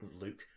Luke